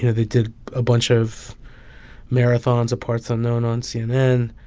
you know they did a bunch of marathons of parts unknown on cnn,